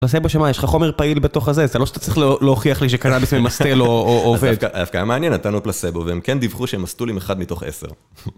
פלסאבו שמה, יש לך חומר פעיל בתוך הזה, זה לא שאתה צריך להוכיח לי שקנאביס ממסטל או עובד. אז כמה עניין נתנו פלסאבו, והם כן דיווחו שהם מסטולים אחד מתוך עשר.